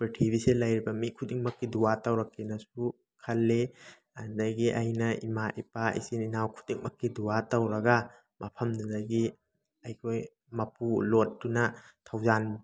ꯄ꯭ꯔꯤꯊꯤꯕꯤꯁꯤꯗ ꯂꯩꯔꯤꯕ ꯃꯤ ꯈꯨꯗꯤꯡꯃꯛꯀꯤ ꯗꯨꯋꯥ ꯇꯧꯔꯛꯀꯦꯅꯁꯨ ꯈꯜꯂꯤ ꯑꯗꯒꯤ ꯑꯩꯅ ꯏꯃꯥ ꯏꯄꯥ ꯏꯆꯤꯟ ꯏꯅꯥꯎ ꯈꯨꯗꯤꯡꯃꯛꯀꯤ ꯗꯨꯋꯥ ꯇꯧꯔꯒ ꯃꯐꯝꯗꯨꯗꯒꯤ ꯑꯩꯈꯣꯏ ꯃꯄꯨ ꯂꯣꯔꯠꯇꯨꯅ ꯊꯧꯖꯥꯟ